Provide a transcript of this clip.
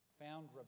found